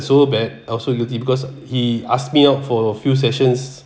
so bad I also guilty because he ask me out for a few sessions